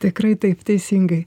tikrai taip teisingai